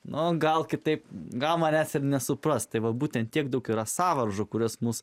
na gal kitaip gal manęs ir nesupras tai va būtent tiek daug yra sąvaržų kurios mūsų